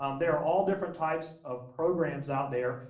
um there are all different types of programs out there,